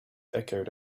echoed